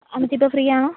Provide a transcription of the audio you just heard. അൻസി ഇപ്പോൾ ഫ്രീ ആണോ